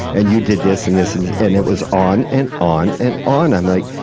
and you did this and this and this, and it was on and on and on. i'm like,